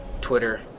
Twitter